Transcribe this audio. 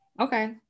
Okay